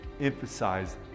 Emphasize